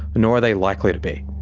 nor are they likely to be.